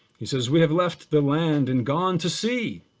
he says we have left the land and gone to sea,